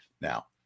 Now